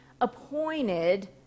appointed